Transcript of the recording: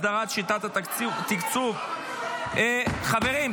הסדרת שיטת התקצוב ------ חברים,